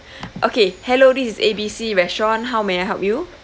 okay hello this is A B C restaurant how may I help you